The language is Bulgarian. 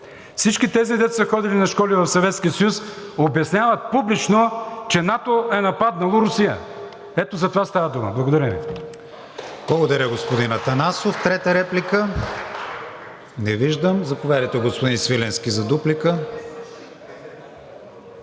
Всички тези, които са ходили на школи в Съветския съюз, обясняват публично, че НАТО е нападнало Русия. Ето затова става дума. Благодаря Ви.